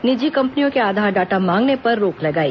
निजी कम्पनियों के आधार डाटा मांगने पर रोक लगाई